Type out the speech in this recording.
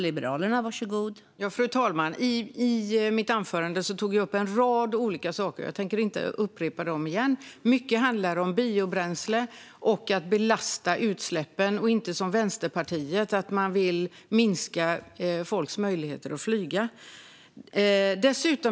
Fru talman! I mitt anförande tog jag upp en rad olika saker. Jag tänker inte upprepa dem, men det handlar mycket om biobränsle och om att belasta utsläppen i stället för att, som Vänsterpartiet vill, minska folks möjligheter att flyga.